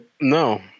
No